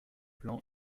plans